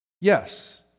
Yes